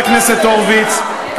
הורוביץ,